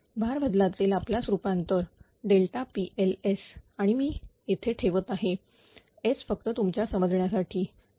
भार बदलाचे लाप्लास रूपांतर PL आणि येथे मी ठेवत आहे S फक्त तुमच्या समजण्यासाठी ते 0